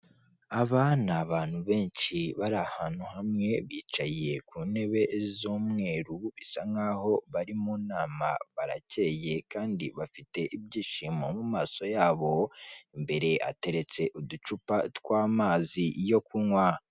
Aba ni abantu benshi bari ahantu hamwe, bicaye ku ntebe z'umweru, bisa nk'aho bari mu nama, baracyeye kandi bafite ibyishimo mu maso yabo, imbere hateretse uducupa tw'amazi yo kunywa.